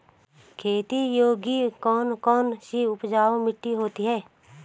खेती योग्य कौन कौन सी उपजाऊ मिट्टी होती है?